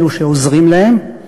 אלו שעוזרים להם,